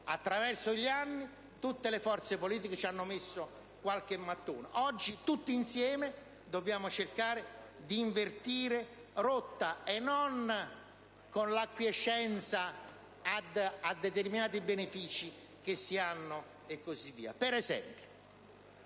Attraverso gli anni tutte le forze politiche ci hanno messo qualche mattone. Oggi tutti insieme dobbiamo cercare di invertire la rotta, e non con l'acquiescenza a determinati benefici che si hanno. Per esempio,